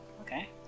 Okay